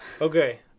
Okay